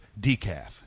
decaf